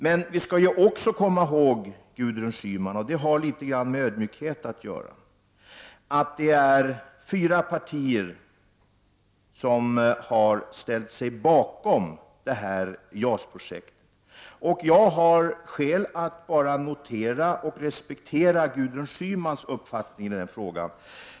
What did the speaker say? Men vi skall också komma ihåg, Gudrun Schyman — och det har litet grand med ödmjukhet att göra — att det är fyra partier som har ställt sig bakom JAS-projektet. Jag har skäl att endast notera och respektera Gudrun Schymans uppfattning i denna fråga.